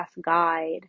guide